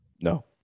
No